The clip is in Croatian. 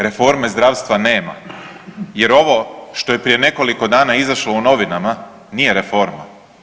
Reforme zdravstva nema jer ovo što je prije nekoliko dana izašlo u novinama, nije reforma.